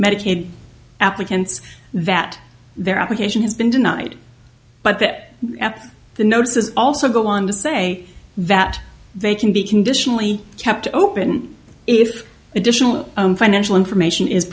medicaid applicants that their application has been denied but that the notices also go on to say that they can be conditionally kept open if additional financial information is